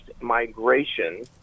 migration